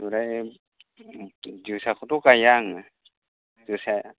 आमफ्राय जोसाखौथ' गाया आङो जोसाया